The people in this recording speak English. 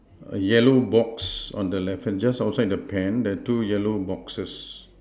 a yellow box on the left hand just outside the pen the two yellow boxes